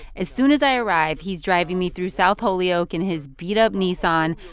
as soon as i arrive, he's driving me through south holyoke in his beat-up nissan,